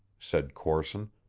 said corson,